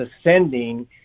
ascending